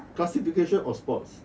classification of sports